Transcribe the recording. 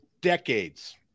decades